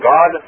God